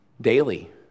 daily